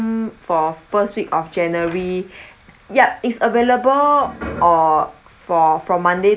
for first week of january ya it's available or for from monday